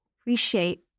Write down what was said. appreciate